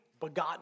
begotten